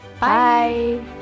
Bye